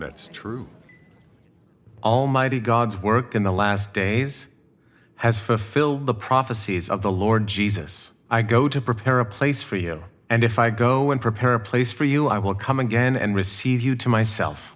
return true almighty god's work in the last days has fulfill the prophecies of the lord jesus i go to prepare a place for you and if i go and prepare a place for you i will come again and receive you to myself